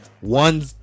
One